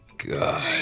God